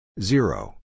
zero